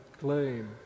claim